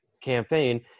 campaign